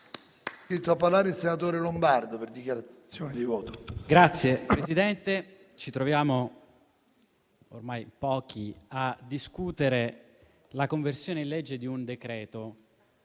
Signor Presidente, ci troviamo ormai in pochi a discutere la conversione in legge di un decreto